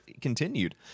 continued